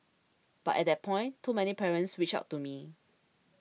but at that point too many parents reached out to me